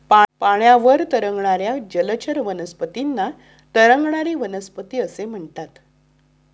पाण्यावर तरंगणाऱ्या जलचर वनस्पतींना तरंगणारी वनस्पती असे म्हणतात